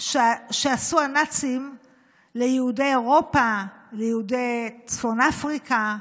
שעשו הנאצים ליהודי אירופה וליהודי צפון אפריקה.